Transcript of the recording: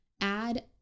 add